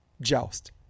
joust